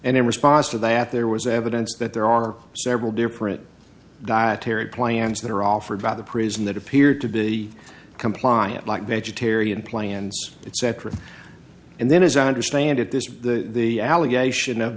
and in response to that there was evidence that there are several different dietary plans that are offered by the prison that appeared to be compliant like vegetarian plans etc and then as i understand it this the allegation